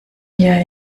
wir